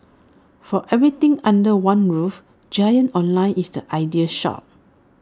for everything under one roof giant online is the ideal shore